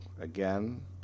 again